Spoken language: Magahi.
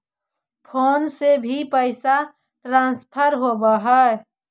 फोन से भी पैसा ट्रांसफर होवहै?